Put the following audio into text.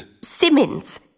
Simmons